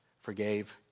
forgave